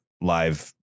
live